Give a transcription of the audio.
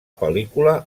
pel·lícula